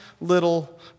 little